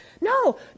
No